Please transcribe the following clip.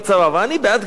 ואני בעד גיוס.